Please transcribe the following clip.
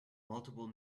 multiple